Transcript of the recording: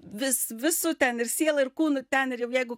vis visu ten ir siela ir kūnu ten ir jau jeigu